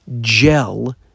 gel